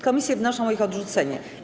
Komisje wnoszą o ich odrzucenie.